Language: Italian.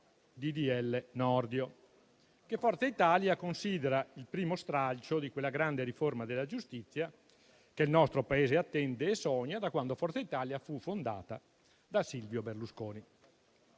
Nordio che Forza Italia considera il primo stralcio di quella grande riforma della giustizia che il nostro Paese attende e sogna da quando Forza Italia fu fondata da Silvio Berlusconi.